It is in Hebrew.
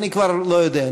אני כבר לא יודע,